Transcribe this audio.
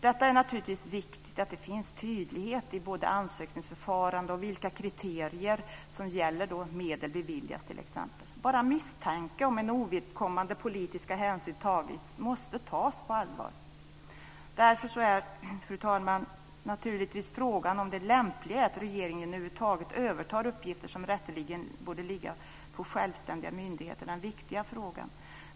Det är därför naturligtvis viktigt att det finns tydlighet både i ansökningsförfarandet och i fråga om vilka kriterier som ska gälla när medel beviljas t.ex. Bara misstanke om att ovidkommande politiska hänsyn har tagits måste tas på allvar. Därför, fru talman, handlar naturligtvis den viktiga frågan om det lämpliga i att regeringen över huvud taget övertar uppgifter som rätteligen borde ligga hos självständiga myndigheter.